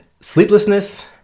Sleeplessness